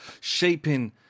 shaping